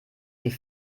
die